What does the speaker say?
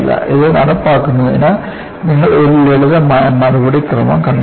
ഇത് നടപ്പിലാക്കുന്നതിന് നിങ്ങൾ ഒരു ലളിതമായ നടപടിക്രമം കണ്ടെത്തണം